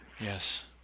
Yes